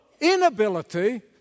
inability